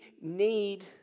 need